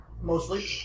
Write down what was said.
mostly